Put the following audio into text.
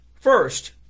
First